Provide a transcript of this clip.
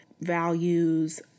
values